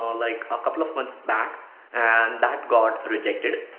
ah like a couple of months back and that got rejected.